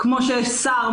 כמו שיש "שר",